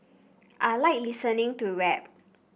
I like listening to rap